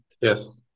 Yes